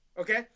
Okay